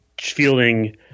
fielding –